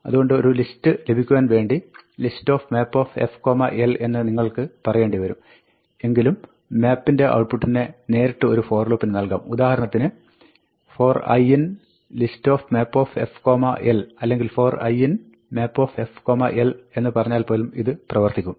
അതുകൊണ്ട് ഒരു ലിസ്റ്റ് ലഭിക്കുവാൻ വേണ്ടി listmapfl എന്ന് നിങ്ങൾക്ക് പറയേണ്ടി വരും എങ്കലും map ൻറെ ഔട്ട്പുട്ടിനെ നേരിട്ട് ഒരു for ലൂപ്പിന് നൽകാം ഉദാഹരണത്തിന് for i in listmapfl അല്ലെങ്കിൽ for i in mapfl എന്ന് പറഞ്ഞാൽ പോലും ഇത് പ്രവർത്തിക്കും